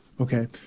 Okay